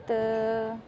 ಮತ್ತು